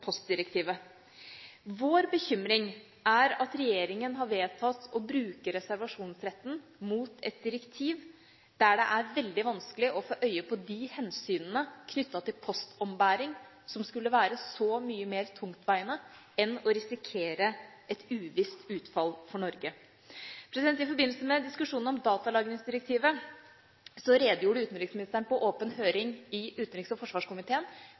Vår bekymring er at regjeringa har vedtatt å bruke reservasjonsretten mot et direktiv der det er veldig vanskelig å få øye på de hensynene knyttet til postombæring som skulle være så mye mer tungtveiende enn å risikere et uvisst utfall for Norge. I forbindelse med diskusjonen om datalagringsdirektivet redegjorde utenriksministeren på åpen høring i utenriks- og forsvarskomiteen